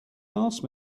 asked